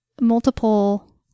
multiple